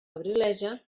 abrileja